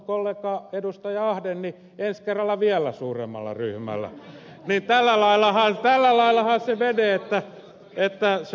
ahde niin ensi kerralla vielä suuremmalla ryhmällä tällä laillahan se menee